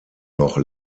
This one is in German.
noch